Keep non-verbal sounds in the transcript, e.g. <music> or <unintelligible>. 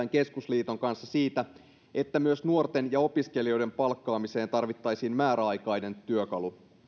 <unintelligible> keskusliiton kanssa siitä että myös nuorten ja opiskelijoiden palkkaamiseen tarvittaisiin määräaikainen työkalu